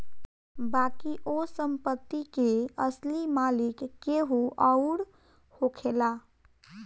बाकी ओ संपत्ति के असली मालिक केहू अउर होखेला